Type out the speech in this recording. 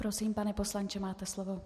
Prosím, pane poslanče, máte slovo.